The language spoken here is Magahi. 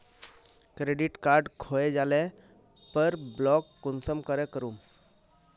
क्रेडिट कार्ड खोये जाले पर ब्लॉक कुंसम करे करूम?